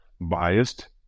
biased